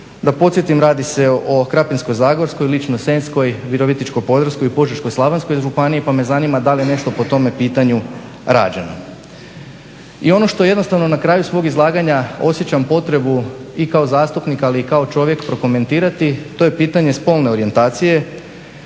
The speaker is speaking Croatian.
Da podsjetim radi se o Krapinsko-zagorskoj, Ličko-senjskoj, Virovitičko-podravskoj i Požeško-slavonskoj županiji, pa me zanima dal je nešto po tome pitanju rađeno? I ono što jednostavno na kraju svog izlaganja, osjećam potrebu i kao zastupnik ali i kao čovjek, prokomentirati to je pitanje spolne orijentacije